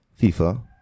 FIFA